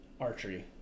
archery